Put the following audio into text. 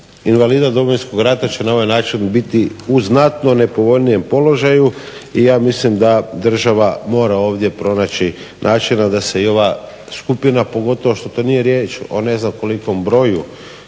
invalida Domovinskog rata će na ovaj način biti u znatno nepovoljnijem položaju i ja mislim da država mora ovdje pronaći načina da se i ova skupina pogotovo što to nije riječ, o ne znam kolikom broju